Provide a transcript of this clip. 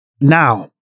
Now